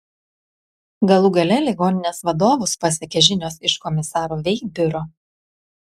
galų gale ligoninės vadovus pasiekė žinios iš komisaro vei biuro